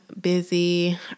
busy